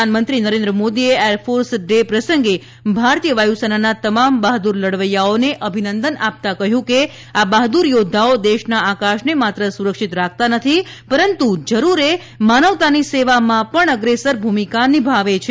પ્રધાનમંત્રી નરેન્દ્ર મોદીએ air force day પ્રસંગે ભારતીય વાયુસેનાના તમામ બહાદુર લડવૈયાઓને અભિનંદન આપતાં કહ્યું કે આ બહાદુર યોદ્વાઓ દેશના આકાશને માત્ર સુરક્ષિત રાખતા નથી પરંતુ જરૂરે માનવતાની સેવામાં પણ અગ્રેસર ભૂમિકા નિભાવે છે